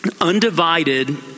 Undivided